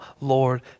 Lord